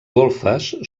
golfes